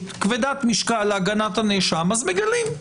כבדת משקל להגנת הנאשם, מגלים.